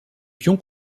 pion